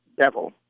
devil